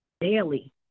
daily